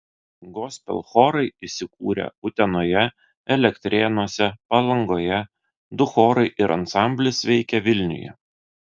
gospel chorai įsikūrę utenoje elektrėnuose palangoje du chorai ir ansamblis veikia vilniuje